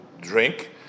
drink